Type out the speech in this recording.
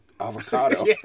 avocado